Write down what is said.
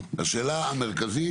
השאלה המרכזית,